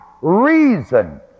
reason